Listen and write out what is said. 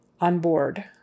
Onboard